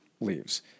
leaves